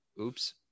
oops